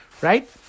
right